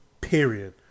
Period